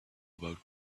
about